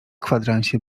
kwadransie